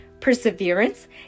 perseverance